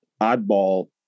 oddball